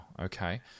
Okay